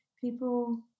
People